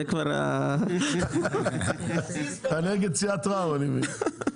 זה כבר --- אתה נגד סיעת רע"מ, אני מבין.